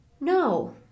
no